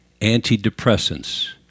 antidepressants